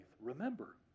remember